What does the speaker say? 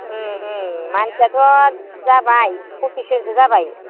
उम उम मानसियाथ' जाबाय फसिसजनसो जाबाय